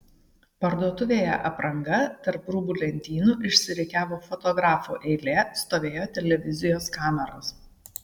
parduotuvėje apranga tarp rūbų lentynų išsirikiavo fotografų eilė stovėjo televizijos kameros